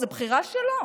זו בחירה שלו,